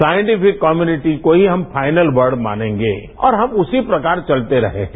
scientific community को ही हम फाइनल वर्ड मानेंगे और हम उसी प्रकार चलते रहे हैं